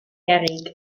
gerrig